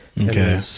Okay